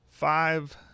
Five